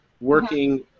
working